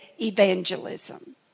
evangelism